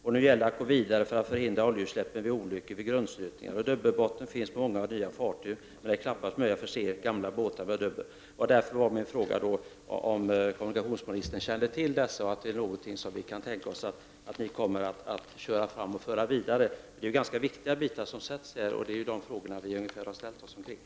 Det handlar nu om att gå vidare för att förhindra oljeutsläpp vid olyckor och grundstötningar. Dubbelbotten finns på många nya fartyg, men det är knappast möjligt att förse gamla fartyg med dubbel botten. Därför ställde jag frågan om kommunikationsministern kände till detta och om det är något som regeringen kommer att arbeta vidare med. Det är ju ganska viktiga saker.